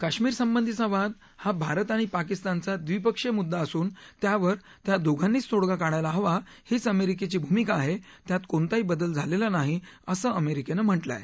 काश्मीरसंबंधीचा वाद हा भारत आणि पाकिस्तानचा द्विपक्षीय मुद्दा असून त्यावर त्या दोघांनीच तोडगा काढायला हवा हीच अमेरिकेची भूमिका आहे त्यात कोणताही बदल झालेला नाही असं अमेरिकेनं म्हटलं आहे